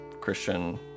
Christian